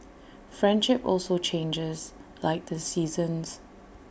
friendship also changes like the seasons